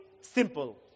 simple